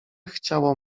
chciało